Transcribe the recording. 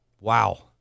Wow